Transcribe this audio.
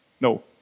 No